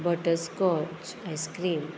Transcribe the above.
butterscotch ice-cream